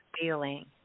feeling